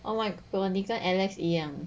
oh my god 你在 alex 一样